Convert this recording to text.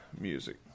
music